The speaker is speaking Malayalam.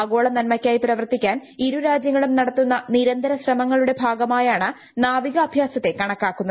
ആഗോള നന്മയ്ക്കായി പ്രവർത്തിക്കാൻ ഇരു രാജ്യങ്ങളും നടത്തുന്ന നിരന്തര ശ്രമങ്ങളുടെ ഭാഗമായാണു നാവിക അഭ്യാസത്തെ കണക്കാക്കുന്നത്